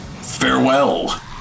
farewell